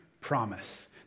promise